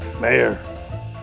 Mayor